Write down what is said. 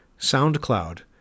SoundCloud